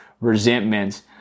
resentments